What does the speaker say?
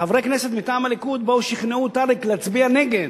חברי כנסת מטעם הליכוד באו ושכנעו את אריק להצביע נגד,